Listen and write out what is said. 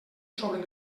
sobre